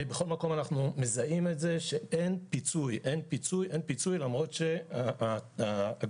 בכל מקום אנחנו מזהים את זה שאין פיצוי למרות שההגבלות